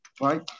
right